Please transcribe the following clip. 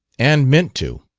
and meant to.